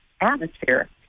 atmosphere